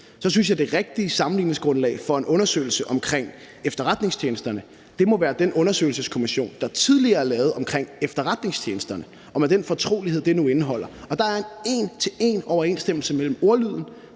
synes jeg, det rigtige sammenligningsgrundlag for en undersøgelse omkring efterretningstjenesterne må være den undersøgelseskommission, der tidligere er lavet omkring efterretningstjenesterne, med den fortrolighed, det nu indeholder. Der er en en til en-overensstemmelse mellem ordlyden,